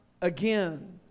again